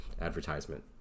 advertisement